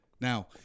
Now